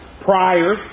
prior